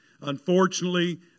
Unfortunately